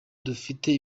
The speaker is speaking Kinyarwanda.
dufite